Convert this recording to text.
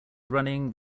running